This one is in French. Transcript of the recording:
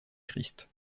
christ